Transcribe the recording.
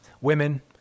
Women